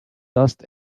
dust